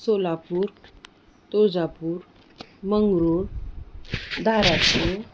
Solapur Tuljapur Mangaluru Dharashiv